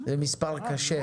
זה מספר קשה.